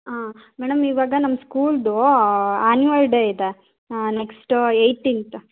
ಹಾಂ ಮೇಡಮ್ ಇವಾಗ ನಮ್ಮ ಸ್ಕೂಲ್ದು ಆ್ಯನ್ಯುಲ್ ಡೇ ಇದೆ ನೆಕ್ಸ್ಟು ಏಯ್ಟೀನ್ತ್